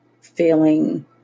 feeling